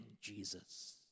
Jesus